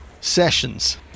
sessions